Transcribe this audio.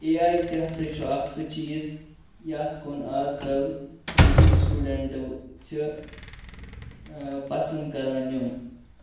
A آیۍ تہِ ہَسا چھُ اکھ سُہ چیٖز یتھ کُن آزکَل ڈِگری سٹوڈنٹ چھِ پَسَنٛد کَران یُن